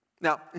Now